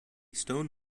stone